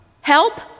Help